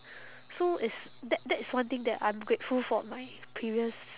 so it's that that is one thing that I'm grateful for my previous